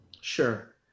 sure